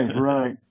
right